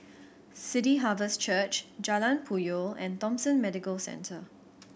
City Harvest Church Jalan Puyoh and Thomson Medical Centre